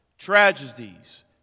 Tragedies